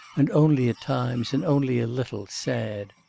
and only at times, and only a little, sad.